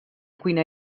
cuina